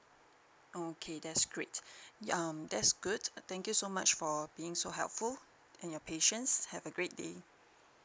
okay that's great um that's good thank you so much for being so helpful and your patience have a great day